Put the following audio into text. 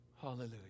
hallelujah